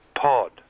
pod